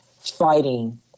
fighting